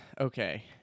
Okay